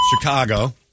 Chicago